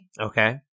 Okay